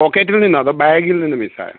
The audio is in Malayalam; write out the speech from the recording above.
പോക്കെറ്റില് നിന്ന് അതോ ബേഗില് നിന്ന് മിസ്സ് ആയോ